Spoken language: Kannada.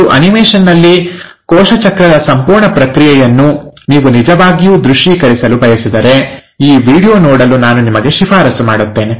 ಮತ್ತು ಅನಿಮೇಷನ್ನಲ್ಲಿ ಕೋಶ ಚಕ್ರದ ಸಂಪೂರ್ಣ ಪ್ರಕ್ರಿಯೆಯನ್ನು ನೀವು ನಿಜವಾಗಿಯೂ ದೃಶ್ಯೀಕರಿಸಲು ಬಯಸಿದರೆ ಈ ವೀಡಿಯೊ ನೋಡಲು ನಾನು ನಿಮಗೆ ಶಿಫಾರಸು ಮಾಡುತ್ತೇವೆ